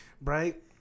right